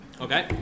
Okay